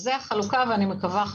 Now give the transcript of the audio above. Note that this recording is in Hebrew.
זו החלוקה ואני מקווה שעניתי לשאלתך,